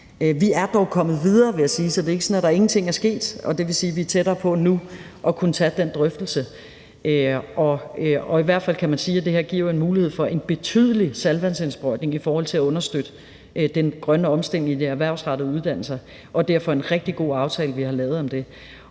videre, vil jeg sige, så det er ikke sådan, at der ingenting er sket, og det vil sige, at vi er tættere på nu at kunne tage den drøftelse. I hvert fald kan man sige, det her giver en mulighed for en betydelig saltvandsindsprøjtning i forhold til at understøtte den grønne omstilling i de erhvervsrettede uddannelser, og det er derfor en rigtig god aftale, vi har lavet om det.